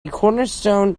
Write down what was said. cornerstone